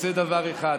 רוצה דבר אחד,